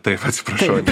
taip atsiprašau